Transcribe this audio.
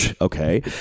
okay